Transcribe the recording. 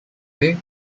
day